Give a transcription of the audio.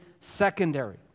secondary